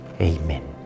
Amen